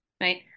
right